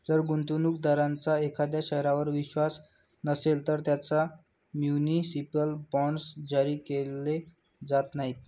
जर गुंतवणूक दारांचा एखाद्या शहरावर विश्वास नसेल, तर त्यांना म्युनिसिपल बॉण्ड्स जारी केले जात नाहीत